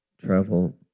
travel